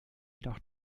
jedoch